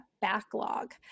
backlog